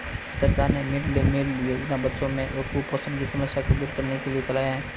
सरकार ने mid day meal योजना बच्चों में कुपोषण की समस्या को दूर करने के लिए चलाया है